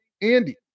Andy